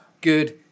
good